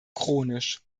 chronisch